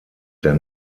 der